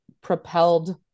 propelled